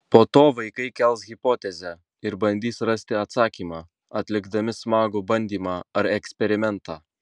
po to vaikai kels hipotezę ir bandys rasti atsakymą atlikdami smagų bandymą ar eksperimentą